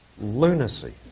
lunacy